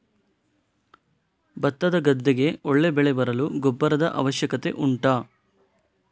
ಭತ್ತದ ಗದ್ದೆಗೆ ಒಳ್ಳೆ ಬೆಳೆ ಬರಲು ಗೊಬ್ಬರದ ಅವಶ್ಯಕತೆ ಉಂಟಾ